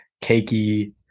cakey